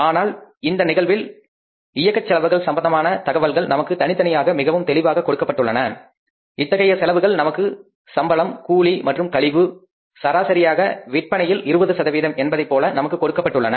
ஆனால் இந்த வழக்கில் இயக்க செலவுகள் சம்பந்தமான தகவல்கள் நமக்கு தனித்தனியாக மிகவும் தெளிவாக கொடுக்கப்பட்டன இத்தகைய செலவுகள் நமக்கு சம்பளம் கூலி மற்றும் கழிவு சராசரியாக விற்பனையில் 20 சதவீதம் என்பதைப்போல நமக்கு கொடுக்கப்பட்டுள்ளன